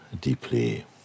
deeply